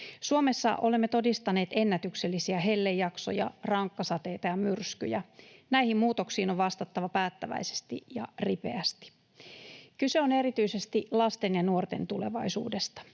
Suomessa olemme todistaneet ennätyksellisiä hellejaksoja, rankkasateita ja myrskyjä. Näihin muutoksiin on vastattava päättäväisesti ja ripeästi. Kyse on erityisesti lasten ja nuorten tulevaisuudesta.